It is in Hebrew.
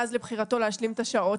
ואז לבחירתו להשלים את השעות,